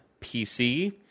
PC